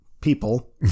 people